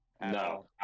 No